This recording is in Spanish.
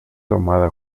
tomada